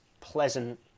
pleasant